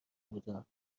بودم